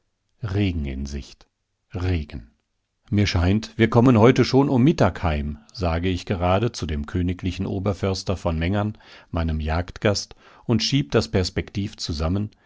regen in sicht regen mir scheint wir kommen heute schon um mittag heim sage ich gerade zu dem königlichen oberförster von mengern meinem jagdgast und schieb das perspektiv zusammen